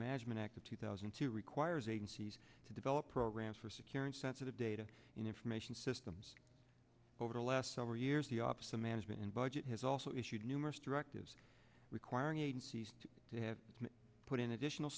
management act of two thousand and two requires agencies to develop programs for securing sensitive data information systems over the last several years the op's the management and budget has also issued numerous directives requiring agencies to have put in addition